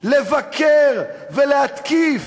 לבקר ולהתקיף.